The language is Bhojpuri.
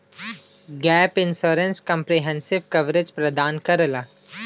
गैप इंश्योरेंस कंप्रिहेंसिव कवरेज प्रदान करला